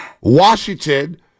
Washington